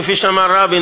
כפי שאמר רבין,